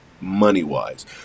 money-wise